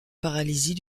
paralysie